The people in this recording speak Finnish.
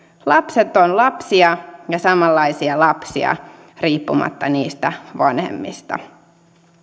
lapset ovat lapsia ja samanlaisia lapsia riippumatta vanhemmista